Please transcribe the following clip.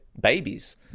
babies